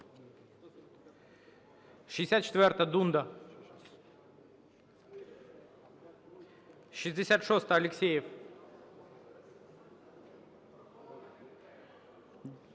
64-а, Дунда. 66-а, Алєксєєв.